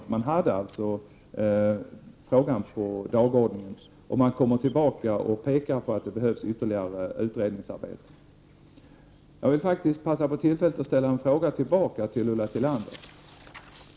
Aktionsgruppen hade frågan på dagordningen och påpekar att det behövs ytterligare utredningsarbete. Jag vill passa på tillfället att ställa en fråga tillbaka till Ulla Tillander.